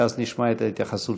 ואז נשמע את התייחסותך.